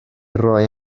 roi